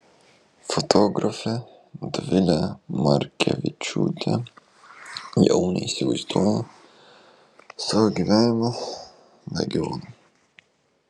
fotografė dovilė markevičiūtė jau neįsivaizduoja savo gyvenimo be gyvūnų